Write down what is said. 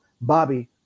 bobby